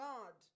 God